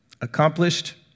Accomplished